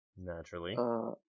Naturally